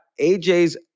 AJ's